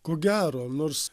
ko gero nors